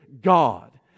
God